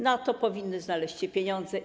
Na to powinny znaleźć się pieniądze.